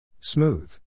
Smooth